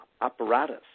apparatus